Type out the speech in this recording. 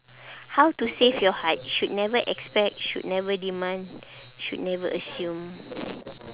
how to save your heart should never expect should never demand should never assume